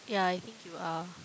yeah I think you are